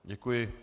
Děkuji.